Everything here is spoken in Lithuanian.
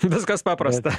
viskas paprasta